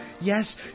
Yes